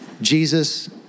Jesus